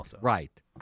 Right